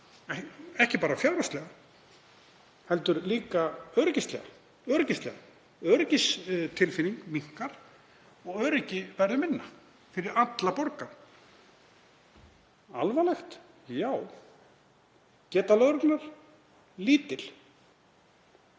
ekki bara fjárhagslega heldur líka öryggislega. Öryggistilfinning minnkar og öryggi verður minna fyrir alla borgara. Alvarlegt? Já. Geta lögreglunnar? Lítil.